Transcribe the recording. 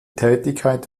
tätigkeit